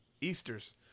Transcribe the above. Easter's